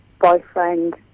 boyfriend